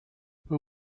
who